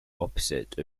opposite